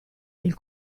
del